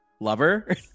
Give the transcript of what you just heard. lover